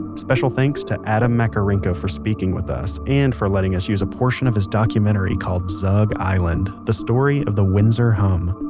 special thanks to adam makarenko for speaking with us and for letting us use a portion of his documentary called zug island, the story of the windsor hum.